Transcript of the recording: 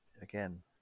again